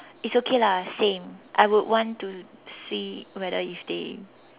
it's okay lah same I would want to see whether if they